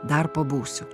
dar pabūsiu